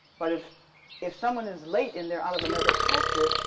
but if if someone is late and they're out of another culture,